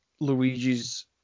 Luigi's